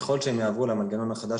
ככל שהם יעברו למנגנון החדש,